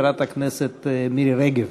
חברת הכנסת מירי רגב.